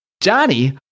johnny